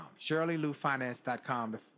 shirleyloufinance.com